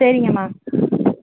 சரிங்கம்மா